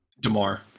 Damar